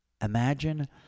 Imagine